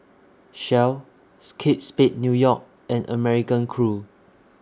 Shells Kate Spade New York and American Crew